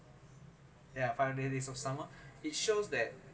there are five days of summer it shows that